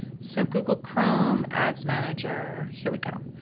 so google chrome ads manager, here we go.